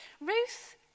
Ruth